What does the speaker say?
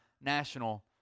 national